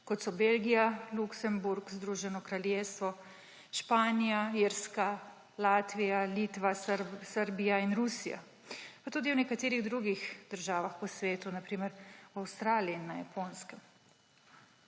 kot so Belgija, Luksemburg, Združeno kraljestvo, Španija, Irska, Latvija, Litva, Srbija in Rusija, pa tudi v nekaterih drugih državah po svetu, na primer v Avstraliji in na Japonskem.